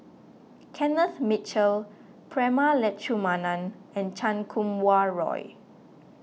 Kenneth Mitchell Prema Letchumanan and Chan Kum Wah Roy